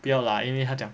不要来因为他讲